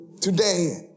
Today